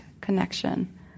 connection